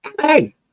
Hey